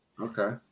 Okay